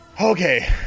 Okay